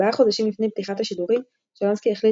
כארבעה חודשים לפני פתיחת השידורים שלונסקי החליט